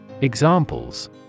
Examples